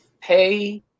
Pay